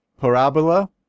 Parabola